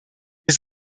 wir